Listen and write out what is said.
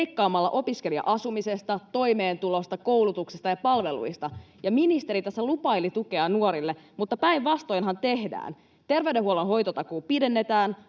leikkaamalla opiskelija-asumisesta, toimeentulosta, koulutuksesta ja palveluista. Ministeri tässä lupaili tukea nuorille, mutta päinvastoinhan tehdään: terveydenhuollon hoitotakuuta pidennetään,